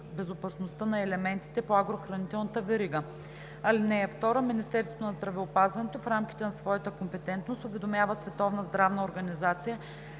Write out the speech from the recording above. безопасността на елементите по агрохранителната верига. (2) Министерството на здравеопазването, в рамките на своята компетентност, уведомява Световната здравна организация,